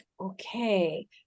okay